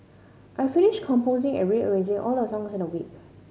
I finished composing and rearranging all the songs in a week